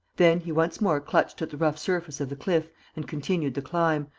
then he once more clutched at the rough surface of the cliff and continued the climb,